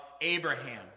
Abraham